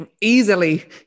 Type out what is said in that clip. easily